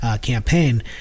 campaign